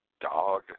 dog